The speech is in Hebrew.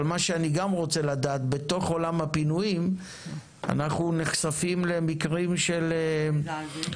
אבל מה שאני גם רוצה לדעת בתוך עולם הפינויים אנחנו נחשפים למקרים של 5,